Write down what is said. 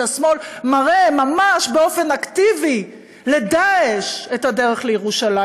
השמאל מראה ממש באופן אקטיבי לדאעש את הדרך לירושלים.